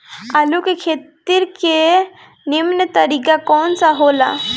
आलू के खेती के नीमन तरीका कवन सा हो ला?